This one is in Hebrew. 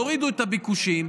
יורידו את הביקושים,